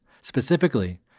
Specifically